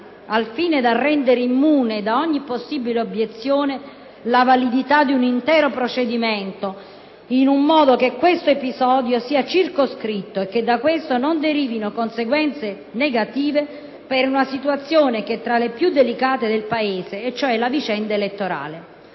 al fine di rendere immune da ogni possibile obiezione la validità dell'intero procedimento, in modo che questo episodio sia circoscritto e che da questo non derivino conseguenze negative per una situazione che è tra le più delicate del Paese, cioè la vicenda elettorale.